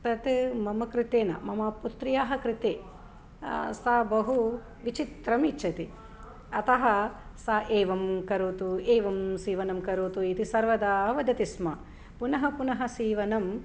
तत् मम कृते न मम पुत्र्याः कृते सा बहु विचित्रम् इच्छति अतः सा एवं करोतु एवं सीवनं करोतु इति सर्वदा वदति स्म पुनः पुनः सीवनं